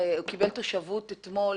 שקיבל תושבות אתמול